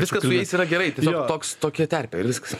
viskas su jais yra gerai tiesiog toks tokia terpė ir viskas